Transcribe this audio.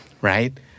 Right